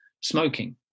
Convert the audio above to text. smoking